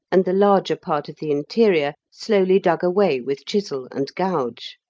and the larger part of the interior slowly dug away with chisel and gouge.